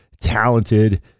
talented